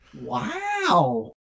Wow